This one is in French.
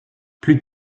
plus